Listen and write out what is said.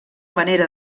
manera